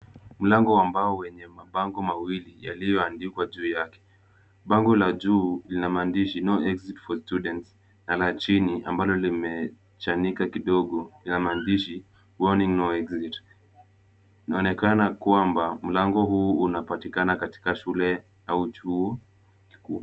Mlango wa mbao wenye mabango mawili yaliyoandikwa juu yake. Bango la juu lina maandishi no exit for students na la chini ambalo limechanika kidogo lina maandishi, warning no exit . Inaonekana kwamba mlango huu unapatikana katika shule au chuo kikuu.